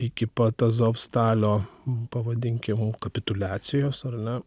iki pat azovstalio pavadinkim kapituliacijos ar ne